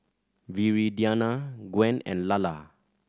Viridiana Gwen and Lalla